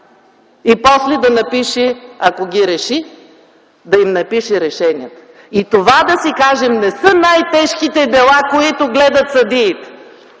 И после, ако ги реши, да им напише решението. И това, да си кажем, не са най-тежките дела, които гледат съдиите.